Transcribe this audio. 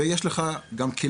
וגם יש לך כלים.